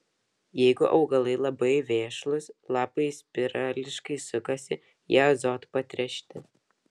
jeigu augalai labai vešlūs lapai spirališkai sukasi jie azotu patręšti